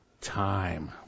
time